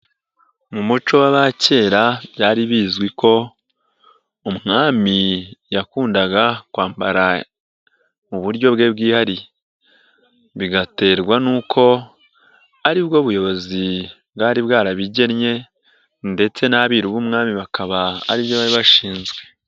Mu muco w'abakera byari bizwi ko umwami yakundaga kwambara mu buryo bwe bwihariye, bigaterwa n'uko ari bwo buyobozi bwari bwarabigennye ndetse n'abiru b'umwami bakaba aribyo bari bashinzwe.